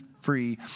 free